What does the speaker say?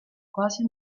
quasi